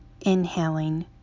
inhaling